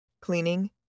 cleaning